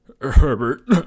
Herbert